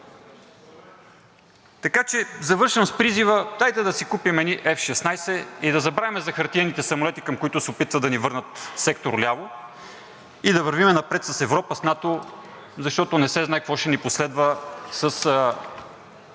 Така че завършвам с призива: дайте да си купим едни F-16 и да забравим за хартиените самолети, към които се опитват да ни върнат сектор „ляво“ и да вървим напред с Европа, с НАТО, защото не се знае какво ще ни последва с